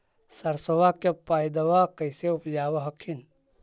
सरसोबा के पायदबा कैसे उपजाब हखिन?